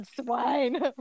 swine